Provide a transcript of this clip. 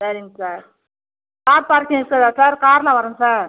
சரிங்க sir car parking இருக்குதா sir காரில் வரோம் சார்